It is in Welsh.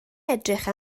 edrych